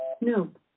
Nope